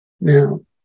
Now